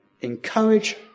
Encourage